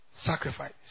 sacrifice